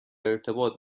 ارتباط